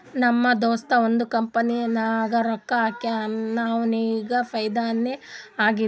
ನಮ್ ದೋಸ್ತ ಒಂದ್ ಕಂಪನಿನಾಗ್ ರೊಕ್ಕಾ ಹಾಕ್ಯಾನ್ ಅವ್ನಿಗ ಫೈದಾನೇ ಆಗಿಲ್ಲ